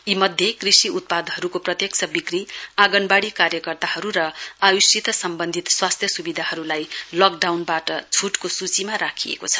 यी मध्ये कृषि उत्पादकहरूको प्रत्यक्ष बिक्री आंगनवाडी कार्यकर्ताहरू र आय्षसित सम्बन्धित स्वास्थ्य सुविधाहरूलाई लकडाउनबाट छुटको सुचीमा राखिएको छ